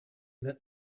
that